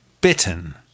Bitten